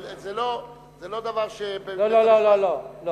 אבל זה לא דבר, לא לא לא לא,